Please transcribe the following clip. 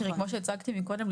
תראי כמו שהצגתי קודם,